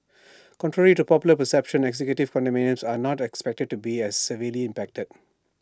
contrary to popular perceptions executive condominiums are not expected to be as severely impacted